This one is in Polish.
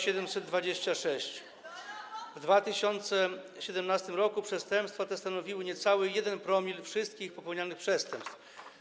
726. W 2017 r. przestępstwa te stanowiły niecały 1‰ wszystkich popełnianych przestępstw.